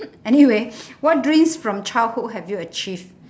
anyway what dreams from childhood have you achieved